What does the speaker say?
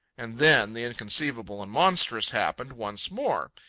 and then the inconceivable and monstrous happened once more.